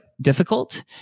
difficult